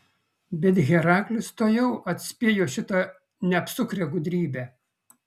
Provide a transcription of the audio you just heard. bet heraklis tuojau atspėjo šitą neapsukrią gudrybę